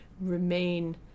remain